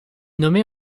nommée